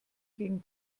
gegen